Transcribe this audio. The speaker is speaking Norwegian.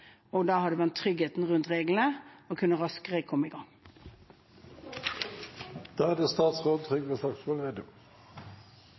Da hadde man hatt tryggheten rundt reglene og kunne kommet raskere i gang.